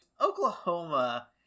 Oklahoma